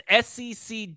SEC